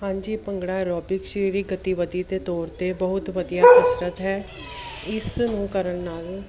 ਹਾਂਜੀ ਭੰਗੜਾ ਐਰੋਬਿਕਸ ਜਿਹੜੀ ਗਤੀਵਿਧੀ ਦੇ ਤੌਰ 'ਤੇ ਬਹੁਤ ਵਧੀਆ ਕਸਰਤ ਹੈ ਇਸ ਨੂੰ ਕਰਨ ਨਾਲ